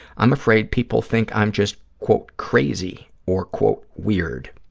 i'm afraid people think i'm just, quote, crazy or, quote, weird.